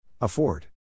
afford